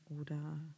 oder